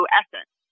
essence